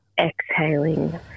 exhaling